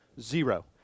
zero